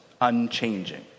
unchanging